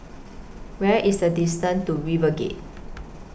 Where IS The distance to RiverGate